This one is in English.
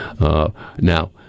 Now